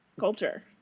culture